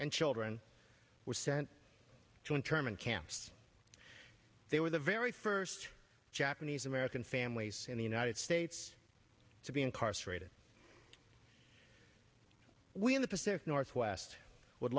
and children were sent to internment camps they were the very first japanese american families in the united states to be incarcerated we in the pacific northwest would